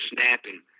snapping